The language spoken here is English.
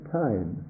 time